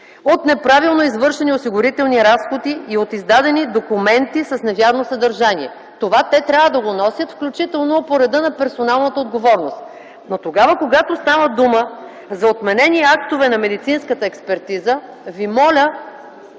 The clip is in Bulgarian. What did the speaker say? от неправилно извършени осигурителни разходи и от издадени документи с невярно съдържание. Това те трябва да го носят, включително по реда на персоналната отговорност. Но тогава, когато става дума, за отменени актове на медицинската експертиза, ви моля